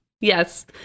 yes